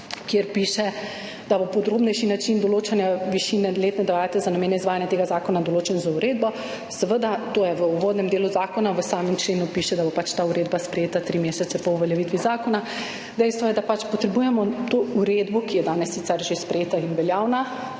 kjer piše, da bo podrobnejši način določanja višine letne dajatve za namene izvajanja tega zakona določen z uredbo. Seveda, to je v uvodnem delu zakona, v samem členu piše, da bo pač ta uredba sprejeta tri mesece po uveljavitvi zakona. Dejstvo je, da je treba to uredbo, ki je danes sicer že sprejeta in veljavna,